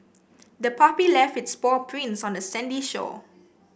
the puppy left its paw prints on the sandy shore